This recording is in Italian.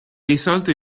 risolto